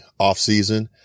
offseason